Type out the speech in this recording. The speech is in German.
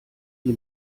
die